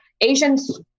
Asians